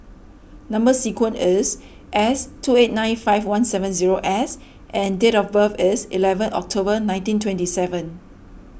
Number Sequence is S two eight nine five one seven zero S and date of birth is eleven October nineteen twenty seven